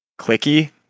clicky